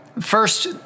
First